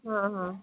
हाँ हाँ